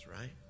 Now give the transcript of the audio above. right